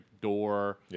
door